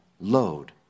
load